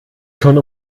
schon